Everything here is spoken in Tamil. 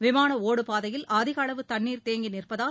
விமான ஓடு பாதையில் அதிக அளவு தண்ணீர் தேங்கி நிற்பதால்